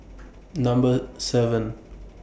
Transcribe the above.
Number seven